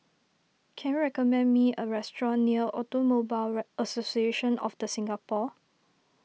can you recommend me a restaurant near Automobile Association of the Singapore